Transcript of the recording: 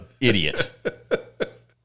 idiot